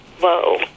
whoa